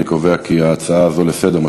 אני קובע כי ההצעה הזאת לסדר-היום,